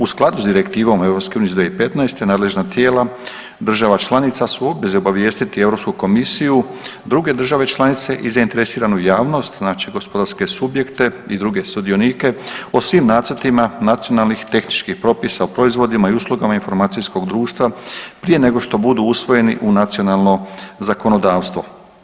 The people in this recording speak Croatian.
U skladu s Direktivom EU iz 2015. nadležna tijela država članica su u obvezi obavijestiti Europsku komisiju, druge države članice i zainteresiranu javnost znači gospodarske subjekte i druge sudionike o svim nacrtima nacionalnih tehničkih propisa o proizvodima i uslugama informacijskog društva prije nego što budu usvojeni u nacionalno zakonodavstvo.